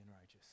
righteous